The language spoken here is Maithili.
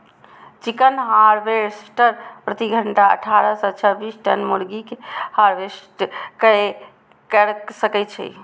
चिकन हार्वेस्टर प्रति घंटा अट्ठारह सं छब्बीस टन मुर्गी कें हार्वेस्ट कैर सकै छै